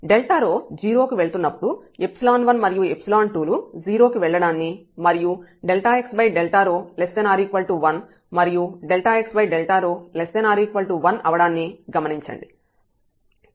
Δρ 0 కి వెళ్తున్నప్పుడు1 మరియు 2 లు 0 కి వెళ్ళడాన్ని మరియు x≤1 మరియు x≤1 అవడాన్ని గమనించండి